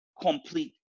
complete